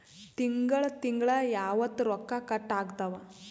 ತಿಂಗಳ ತಿಂಗ್ಳ ಯಾವತ್ತ ರೊಕ್ಕ ಕಟ್ ಆಗ್ತಾವ?